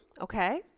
Okay